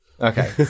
Okay